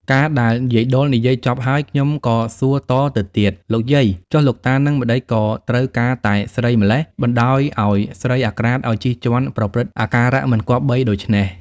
កាលដែលយាយដុលនិយាយចប់ហើយ ខ្ញុំក៏សួរតទៅទៀត "លោកយាយ! ចុះលោកតាហ្នឹងម្តេចក៏ត្រូវ ការតែស្រីម៉្លេះ! បណ្តោយឲ្យស្រីអាក្រាតឲ្យជិះជាន់ប្រព្រឹត្តអាការមិនគប្បីដូច្នេះ?។